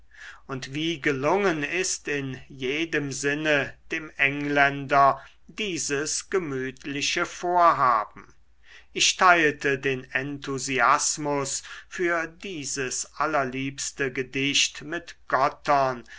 und wie gelungen ist in jedem sinne dem engländer dieses gemütliche vorhaben ich teilte den enthusiasmus für dieses allerliebste gedicht mit gottern